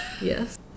Yes